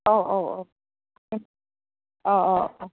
औ औ औ उम औ औ